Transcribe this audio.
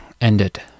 ended